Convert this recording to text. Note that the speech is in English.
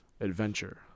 Adventure